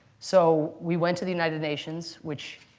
so we went to the united nations, which